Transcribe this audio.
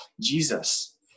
Jesus